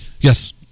Yes